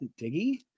diggy